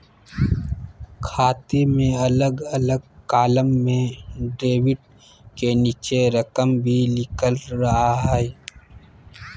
खाते में अलग अलग कालम में डेबिट के नीचे रकम भी लिखल रहा हइ